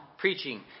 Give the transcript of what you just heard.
Preaching